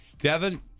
Devin